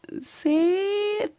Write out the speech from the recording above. See